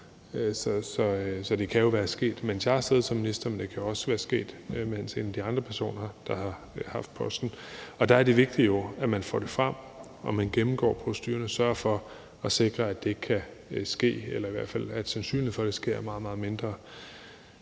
Så det kan jo være sket, mens jeg har siddet som minister, men det kan også være sket, mens det er en af de andre personer, der har haft posten. Der er det vigtige jo, at man får det frem, og at man gennemgår procedurerne og sørger for at sikre, at det ikke kan ske, eller i hvert fald sørger for, at sandsynligheden for, at det sker, er meget, meget mindre.